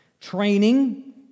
training